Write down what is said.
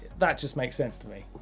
that just makes sense to me.